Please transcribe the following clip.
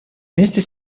вместе